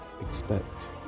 expect